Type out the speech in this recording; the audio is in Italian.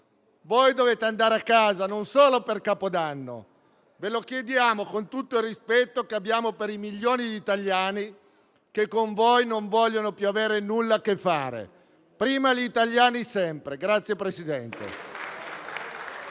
Dovete andare a casa, e non solo per Capodanno: ve lo chiediamo con tutto il rispetto che abbiamo per i milioni di italiani che con voi non vogliono più avere nulla a che fare. Prima gli italiani, sempre.